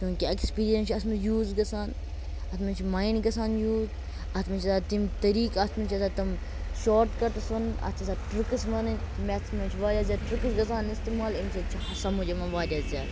کہِ ایٚکِسپیٖریَنٕس چھِ اتھ مَنٛز یوٗز گَژھان اتھ مَنٛز چھ مایِنٛڈ گَژھان یوٗز اتھ مَنٛز چھِ آسان تِم طریق اتھ مَنٛز چھِ آسان تِم شاٹ کَٹ آسان اتھ چھِ آسان ٹرٕکس وَنٕنۍ میٚتھَس مَنٛز چھِ واریاہ زیادٕ ٹرٕکٕس گَژھان اِستعمال امہِ سۭتۍ چھُ سمجھ یِوان واریاہ زیادٕ